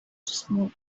smoke